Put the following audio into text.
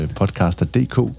podcaster.dk